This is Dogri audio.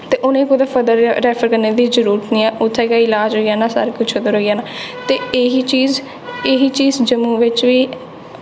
ते उ'नेंगी कुतै फरदर रैफर करने दी जरूरत निं ऐ उत्थें गै ईलाज़ होई जाना सारा कुछ होई जाना ते एह् ही चीज़ एह् ही चीज़ जम्मू बिच्च बी